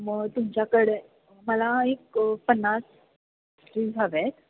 मग तुमच्याकडे मला एक पन्नास स्ट्रीज हव्या आहेत